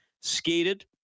skated